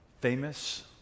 famous